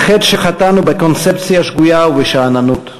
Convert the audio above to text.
על חטא שחטאנו בקונספציה שגויה ובשאננות.